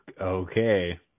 Okay